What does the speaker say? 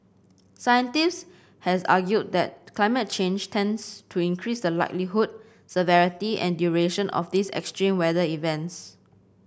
scientists has argued that climate change tends to increase the likelihood severity and duration of these extreme weather events